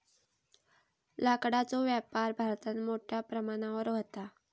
लाकडाचो व्यापार भारतात मोठ्या प्रमाणावर व्हता